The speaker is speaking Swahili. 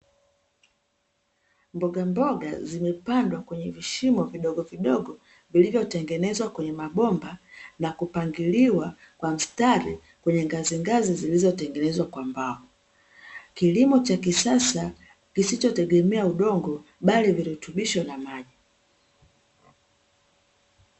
Mbogamboga zimepandwa kwenye vishimo vidogo vidogo vilivyotengenezwa kwenye mabomba na kupangiliwa kwa mstari kwenye ngazi-ngazi zilizotengenezwa kwa mbao. Kilimo cha kisasa kisichotegemea udongo bali virutubisho na maji.